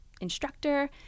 instructor